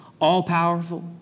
all-powerful